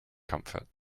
comfort